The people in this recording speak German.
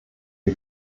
die